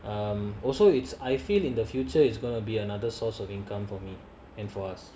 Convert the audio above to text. um also it's I feel in the future its gonna be another source of income for me and for us